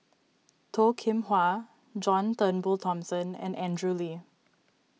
Toh Kim Hwa John Turnbull Thomson and Andrew Lee